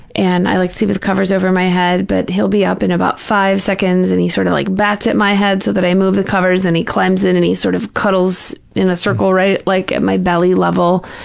and i like sleep with the covers over my head, but he'll be up in about five seconds and he sort of like bats at my head so that i move the covers and he climbs in and he sort of cuddles in a circle right like at my belly level,